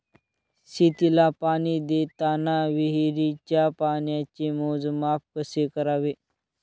शेतीला पाणी देताना विहिरीच्या पाण्याचे मोजमाप कसे करावे?